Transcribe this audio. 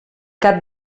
cap